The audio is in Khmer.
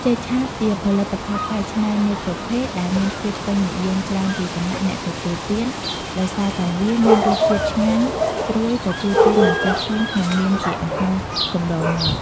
ចេកឆាបជាផលិតផលកែច្នៃមួយប្រភេទដែលមានភាពពេញនិយមច្រើនពីសំណាក់អ្នកទទួលទាន ដោយសារតែវាមានរសជាតិឆ្ងាញ់ ស្រួយ ទទួលទានមិនចេះធុញក្នុងនាមជាអាហារកំដរមាត់។